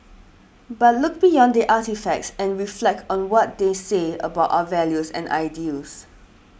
but look beyond the artefacts and reflect on what they say about our values and ideals